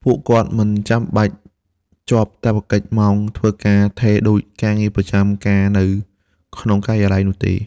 ពួកគាត់មិនចាំបាច់ជាប់កាតព្វកិច្ចម៉ោងធ្វើការថេរដូចការងារប្រចាំការនៅក្នុងការិយាល័យនោះទេ។